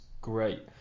great